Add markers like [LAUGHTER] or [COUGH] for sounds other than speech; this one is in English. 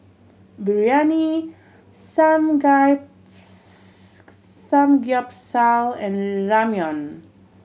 Biryani [UNINTELLIGIBLE] Samgyeopsal and Ramyeon